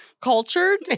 Cultured